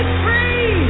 free